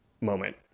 moment